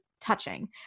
touching